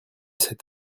cet